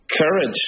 courage